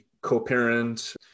co-parent